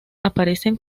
aparecen